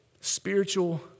Spiritual